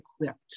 equipped